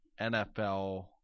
NFL